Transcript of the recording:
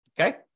okay